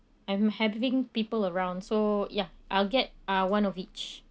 I'm having people around so ya I'll get uh one of each